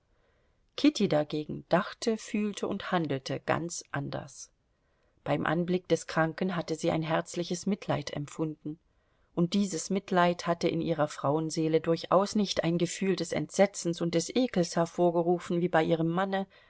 kitty dagegen dachte fühlte und handelte ganz anders beim anblick des kranken hatte sie ein herzliches mitleid empfunden und dieses mitleid hatte in ihrer frauenseele durchaus nicht ein gefühl des entsetzens und des ekels hervorgerufen wie bei ihrem manne